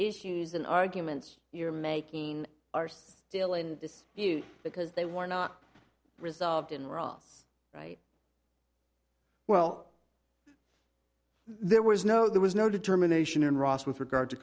issues in arguments you're making are still in this issue because they were not resolved in ross right well there was no there was no determination in ross with regard to